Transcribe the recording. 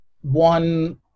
one